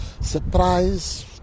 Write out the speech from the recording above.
surprise